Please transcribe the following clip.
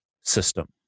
system